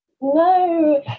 No